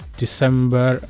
december